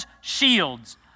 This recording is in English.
shields